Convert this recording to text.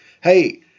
hey